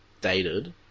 dated